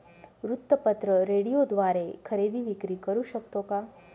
वृत्तपत्र, रेडिओद्वारे खरेदी विक्री करु शकतो का?